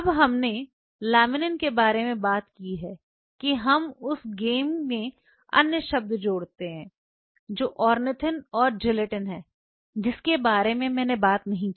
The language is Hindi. अब हमने लेमिनिन के बारे में बात की है कि हम उस गेम में अन्य शब्द जोड़ दें जो ऑर्निथिन और जिलेटिन है जिसके बारे में मैंने बात नहीं की है